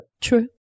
True